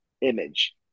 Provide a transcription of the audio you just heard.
image